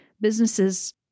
businesses